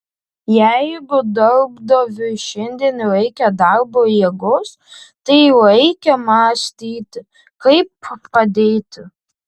jeigu darbdaviui šiandien reikia darbo jėgos tai reikia mąstyti kaip padėti